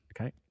okay